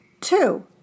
Two